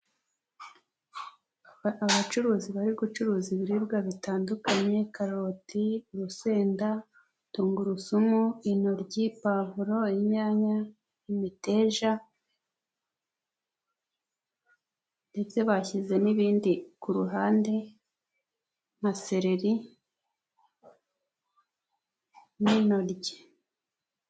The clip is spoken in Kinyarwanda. Abacuruzi bari gucuruza ibiribwa bitandukanye: karoti, urusenda, tungurusumu, intoryi, pavuro, inyanya, imiteja ndetse bashyize n'ibindi ku ruhande nka seleri n'intoryi.